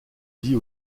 dit